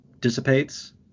dissipates